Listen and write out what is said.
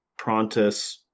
Prontus